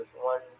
one